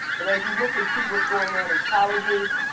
but as you look and see what's going on in colleges,